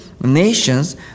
nations